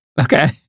Okay